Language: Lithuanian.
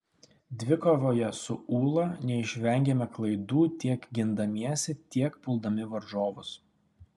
dvikovoje su ūla neišvengėme klaidų tiek gindamiesi tiek puldami varžovus